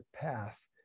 path